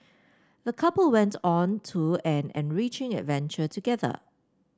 the couple went on to an enriching adventure together